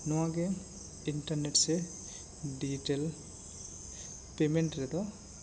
ᱱᱚᱣᱟ ᱜᱮ ᱤᱱᱴᱟᱨᱱᱮᱴ ᱥᱮ ᱰᱤᱡᱤᱴᱟᱞ ᱯᱮᱢᱮᱱᱴ ᱨᱮᱫᱚ